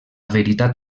veritat